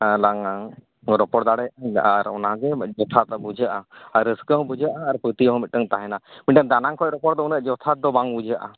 ᱞᱟᱝ ᱨᱚᱯᱚᱲ ᱫᱟᱲᱮᱭᱟᱜᱼᱟ ᱟᱨ ᱚᱱᱟᱜᱮ ᱡᱚᱛᱷᱟᱛ ᱵᱩᱡᱷᱟᱹᱜᱼᱟ ᱟᱨ ᱨᱟᱹᱥᱠᱟᱹ ᱦᱚᱸ ᱵᱩᱡᱷᱟᱹᱜᱼᱟ ᱟᱨ ᱯᱷᱩᱨᱛᱤ ᱦᱚᱸ ᱢᱤᱫᱴᱟᱝ ᱛᱟᱦᱮᱱᱟ ᱢᱤᱫᱴᱟᱝ ᱫᱟᱱᱟᱝ ᱠᱷᱚᱱ ᱨᱚᱯᱚᱲ ᱫᱚ ᱩᱱᱟᱹᱜ ᱡᱚᱛᱷᱟᱛ ᱫᱚ ᱵᱟᱝ ᱵᱩᱡᱷᱟᱹᱜᱼᱟ